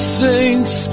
saints